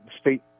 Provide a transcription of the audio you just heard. state